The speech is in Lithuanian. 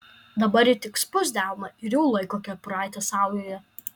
dabar ji tik spust delną ir jau laiko kepuraitę saujoje